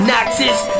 Noxus